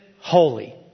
holy